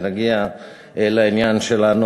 ונגיע לעניין שלנו.